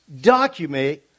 document